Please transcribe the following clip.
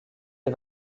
les